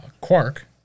Quark